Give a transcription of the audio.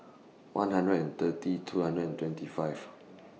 one hundred and thirty two hundred and twenty five